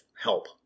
help